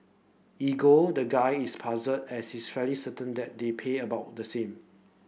ego the guy is puzzled as he's fairy certain that they pay about the same